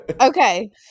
Okay